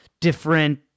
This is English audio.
different